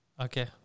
Okay